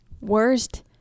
Worst